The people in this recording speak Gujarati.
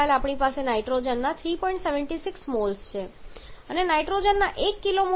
76 મોલ્સ છે અને નાઇટ્રોજનના 1 kmol નું માસ કેટલું છે